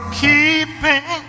keeping